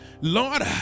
Lord